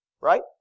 right